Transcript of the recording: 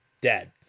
dead